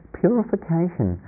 purification